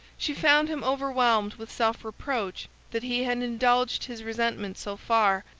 she found him overwhelmed with self-reproach that he had indulged his resentment so far,